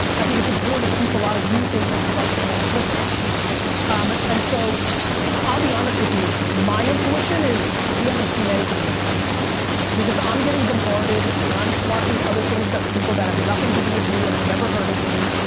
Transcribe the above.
i think it's important to keep a lot of youth into collecting and flipping um and so i'll be honest with you, my intuition is we haven't seen anything yet because i'm getting bombarded and i'm watching other things, people that have nothing to do with me and have never heard of me.